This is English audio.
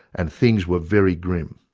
and things were very grim.